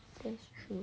that's true